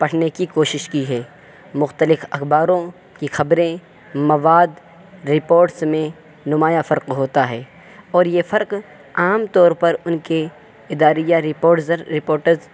پڑھنے کی کوشش کی ہے مختلف اخباروں کی خبریں مواد رپوٹس میں نمایاں فرق ہوتا ہے اور یہ فرق عام طور پر ان کی اداریہ رپوٹزر رپوٹز